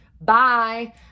bye